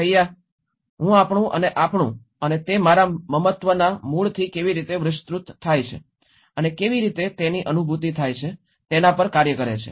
છૈયા હું આપણું અને આપણું અને તે મારા મમત્વ ના મૂળથી કેવી રીતે વિસ્તૃત થાય છે અને કેવી રીતે તેની અનુભૂતિ થાય છે તેના પર કાર્ય કરે છે